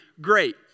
great